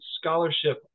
scholarship